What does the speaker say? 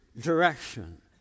direction